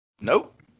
Nope